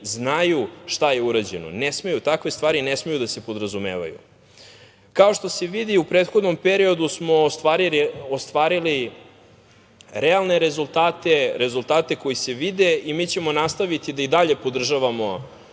znaju šta je urađeno. Takve stvari ne smeju da se podrazumevaju. Kao što se vidi, u prethodnom periodu smo ostvarili realne rezultate, rezultate koji se vide i mi ćemo nastaviti da i dalje podržavamo